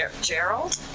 Gerald